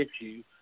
issue